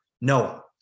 Noah